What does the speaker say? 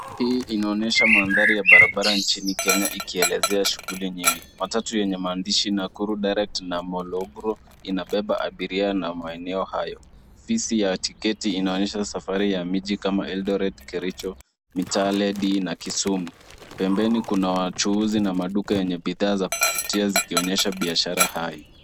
Hii inaonyesha mandhari ya barabara nchini Kenya, ikielezea shughuli nyingi. Matatu yenye maandishi Nakuru Direct na [csMolo Group inabeba abiria na maeneo hayo. Fisi ya tiketi inaonyesha safari ya miji kama Eldoret, Kericho, Mitale D, na Kisumu. Pembeni kuna wachuuzi na maduka yenye bidhaa za kuvutia, zikionyesha biashara hai.